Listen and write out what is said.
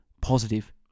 positive